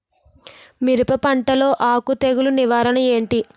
మిరప పంటలో ఆకు తెగులు నివారణ ఏంటి?